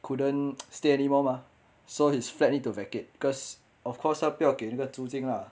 couldn't stay anymore mah so his flat to vacate cause of course 他不要给那个租金 lah